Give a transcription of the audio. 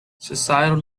societal